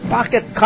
Pocket